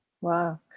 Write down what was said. wow